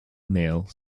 male